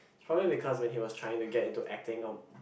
probably because when he was trying to get into acting